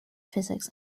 physics